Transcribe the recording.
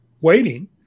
waiting